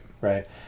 Right